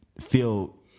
feel